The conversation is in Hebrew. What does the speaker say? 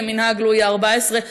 כמנהג לואי ה-14,